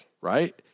right